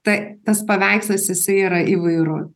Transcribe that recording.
ta tas paveikslas jisai yra įvairu